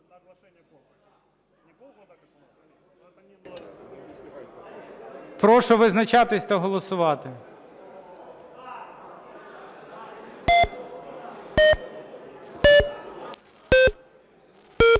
Прошу визначатися та голосувати.